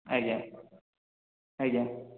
ଆଜ୍ଞା ଆଜ୍ଞା